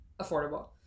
affordable